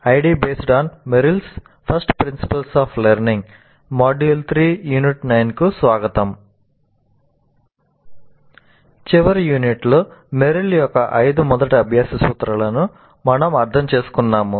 ID based on Merrill's first principles of learning module 3 unit 9 కు స్వాగతం చివరి యూనిట్లో మెర్రిల్ యొక్క ఐదు మొదటి అభ్యాస సూత్రాలను మనము అర్థం చేసుకున్నాము